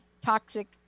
toxic